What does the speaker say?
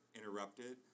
interrupted